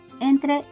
entre